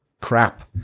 crap